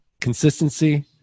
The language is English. consistency